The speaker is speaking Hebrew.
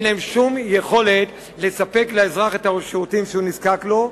אין להן שום יכולת לספק לאזרח את השירותים שהוא נזקק להם.